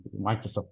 Microsoft